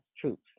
truths